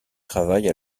travaille